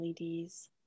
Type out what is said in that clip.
LEDs